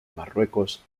marruecos